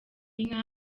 inka